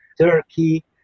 Turkey